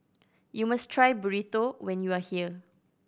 you must try Burrito when you are here